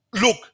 look